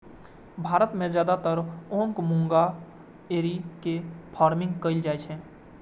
भारत मे जादेतर ओक मूंगा एरी के फार्मिंग कैल जाइ छै